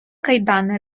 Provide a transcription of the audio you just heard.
кайдани